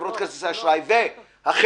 לחברות כרטיסי האשראי ולחברות: